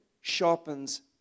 sharpens